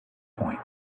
point